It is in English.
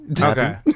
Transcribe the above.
Okay